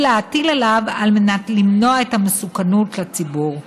להטיל עליו על מנת למנוע את המסוכנות לציבור.